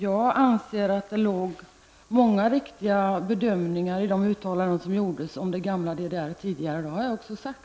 Jag anser att det låg många riktiga bedömningar i de uttalanden som gjordes om det gamla DDR. Det har jag också sagt.